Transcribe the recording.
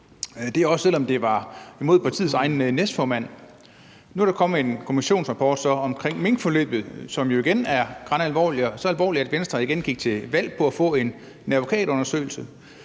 også selv om det var imod partiets egen næstformand. Nu er der så kommet en kommissionsrapport omkring minkforløbet, som jo igen er gravalvorlig – så alvorlig, at Venstre gik til valg på at få en advokatundersøgelse.